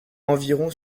environ